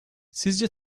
sizce